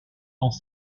dans